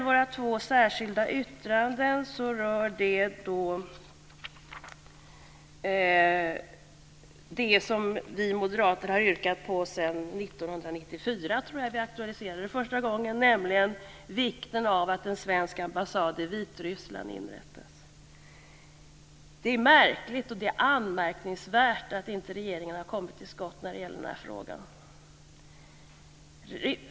Våra två särskilda yttranden rör det vi moderater har yrkat på sedan 1994, nämligen vikten av att en svensk ambassad i Vitryssland inrättas. Det är märkligt och anmärkningsvärt att regeringen inte har kommit till skott i den frågan.